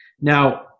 Now